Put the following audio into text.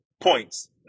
points